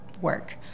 work